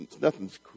Nothing's